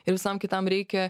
ir visam kitam reikia